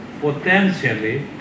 potentially